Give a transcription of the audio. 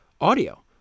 audio